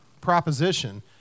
proposition